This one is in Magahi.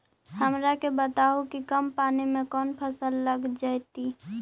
हमरा के बताहु कि कम पानी में कौन फसल लग जैतइ?